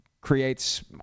creates